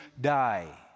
die